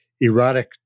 erotic